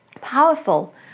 Powerful